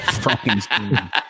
Frankenstein